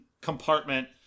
compartment